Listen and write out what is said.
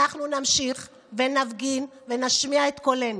אנחנו נמשיך ונפגין ונשמיע את קולנו.